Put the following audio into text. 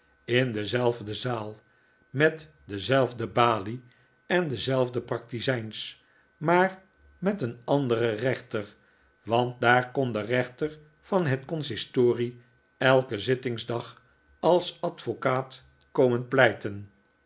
in dezelfde zaal met dezelfde balie en dezelfde praktizijns maar met een anderen rechter want daar kon de rechter van het consistorie elken zittingsdag als advocaat komen pleiten